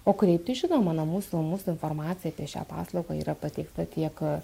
o kreiptis žinoma na mūsų mūsų informacija apie šią paslaugą yra pateikta tiek